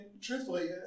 truthfully